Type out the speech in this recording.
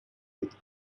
with